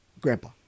grandpa